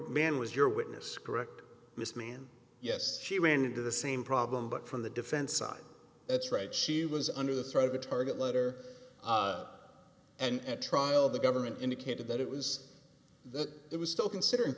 man was your witness correct miss me and yes she ran into the same problem but from the defense side that's right she was under the threat of a target letter and at trial the government indicated that it was that it was still consider